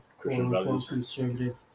conservative